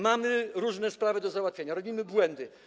Mamy różne sprawy do załatwienia, robimy błędy.